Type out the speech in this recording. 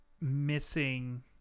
missing